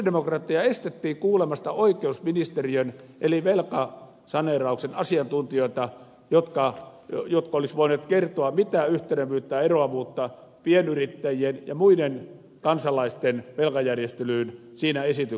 sosialidemokraatteja estettiin kuulemasta oikeusministeriön velkasaneerauksen asiantuntijoita jotka olisivat voineet kertoa mitä yhtenevyyttä tai eroavuutta pienyrittäjien ja muiden kansalaisten velkajärjestelyyn siinä esityksessä oli